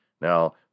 Now